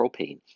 Propane